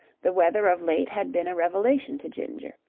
the weather of late had been a revelation to ginger.